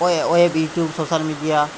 social media